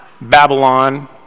Babylon